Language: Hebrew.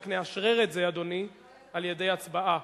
רק נאשרר את זה, אדוני, על-ידי הצבעה.